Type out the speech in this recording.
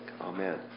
Amen